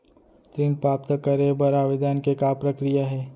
ऋण प्राप्त करे बर आवेदन के का प्रक्रिया हे?